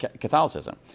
Catholicism